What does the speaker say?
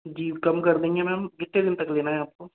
जी कम कर देंगे मैंम कितने दिन तक लेना है आपको